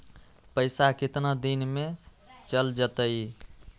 पैसा कितना दिन में चल जतई?